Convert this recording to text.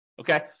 okay